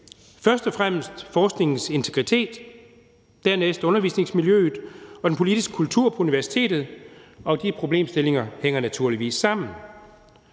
først og fremmest forskningens integritet, dernæst undervisningsmiljøet og den politiske kultur på universitetet. De problemstillinger hænger naturligvis sammen.